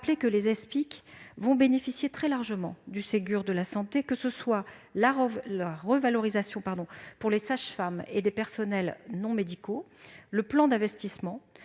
rappeler que les Espic bénéficieront très largement du Ségur de la santé, que ce soit la revalorisation des sages-femmes et des personnels non médicaux, le plan d'investissement